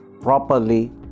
properly